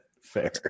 Fair